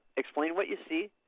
explain what you see,